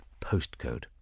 postcode